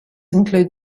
include